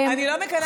אני לא מקנאה בך.